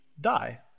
die